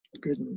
good